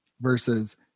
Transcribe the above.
versus